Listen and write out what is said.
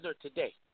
today